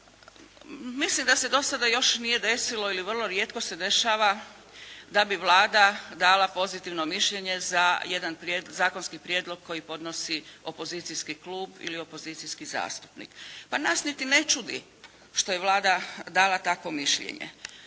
Mislim da se do sada još nije desilo ili vrlo rijetko se dešava da bi Vlada dala pozitivno mišljenje za jedan zakonski prijedlog koji podnosi opozicijski klub ili opozicijski zastupnik. Pa nas niti ne čudi što je Vlada dala takvo mišljenje.